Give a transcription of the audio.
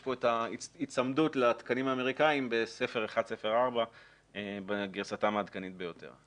יש כאן את ההיצמדות לתקנים אמריקאים בספר 1 ו-4 בגרסתם העדכנית ביותר.